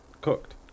cooked